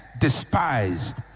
despised